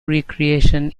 recreation